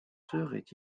serait